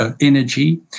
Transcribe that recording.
energy